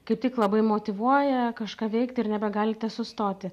kaip tik labai motyvuoja kažką veikti ir nebegalite sustoti